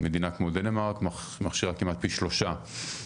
מדינה כמו דנמרק מכשירה כמעט פי 3 רופאים,